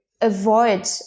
avoid